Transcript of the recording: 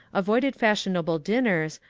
avoided fashionable dinners,